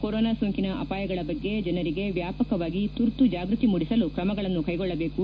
corona ಸೋಂಕಿನ ಅಪಾಯಗಳ ಬಗ್ಗೆ ಜನರಿಗೆ ವ್ಯಾಪಕವಾಗಿ ತುರ್ತು ಜಾಗ್ಬತಿ ಮೂಡಿಸಲು ಕ್ರಮಗಳನ್ನು ಕೈಗೊಳ್ಳಬೇಕು